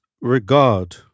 regard